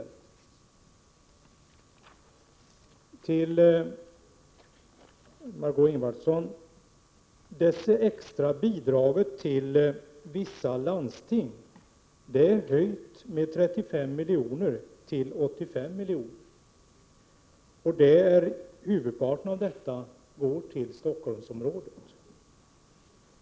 Så till Margö Ingvardsson: Det extra bidraget till vissa landsting är höjt med 35 milj.kr. till 85 milj.kr., och huvudparten av detta går till Stockholmsområdet.